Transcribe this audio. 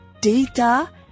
data